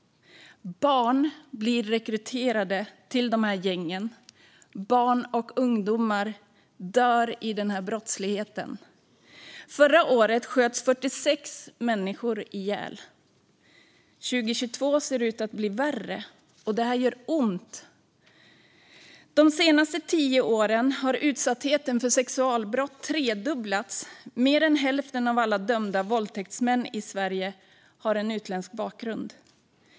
Barn blir rekryterade till de här gängen. Barn och ungdomar dör i den här brottsligheten. Förra året sköts 46 människor ihjäl, och 2022 ser ut att bli värre. Det gör ont. De senaste tio åren har utsattheten för sexualbrott tredubblats. Mer än hälften av alla dömda våldtäktsmän i Sverige har utländsk bakgrund.